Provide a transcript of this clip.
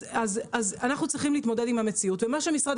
אז אנחנו צריכים להתמודד עם המציאות ומה שמשרד